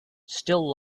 still